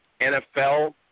nfl